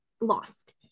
lost